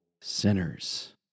sinners